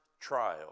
trial